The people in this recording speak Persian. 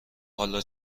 حالا